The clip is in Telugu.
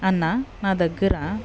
అన్న నా దగ్గర